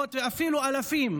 למאות ואפילו אלפים,